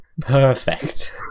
perfect